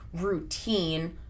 routine